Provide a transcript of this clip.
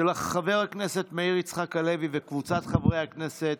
של חבר הכנסת מאיר יצחק הלוי וקבוצת חברי הכנסת,